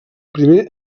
primer